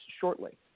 shortly